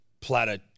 platter